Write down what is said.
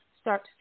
start